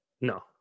No